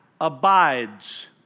abides